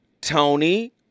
Tony